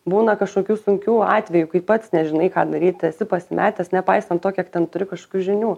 būna kažkokių sunkių atvejų kai pats nežinai ką daryt esi pasimetęs nepaisant to kiek ten turi kažkokių žinių